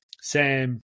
sam